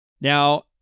Now